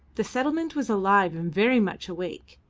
the settlement was alive and very much awake.